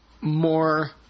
more –